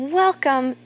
welcome